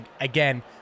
Again